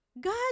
God